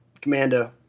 commando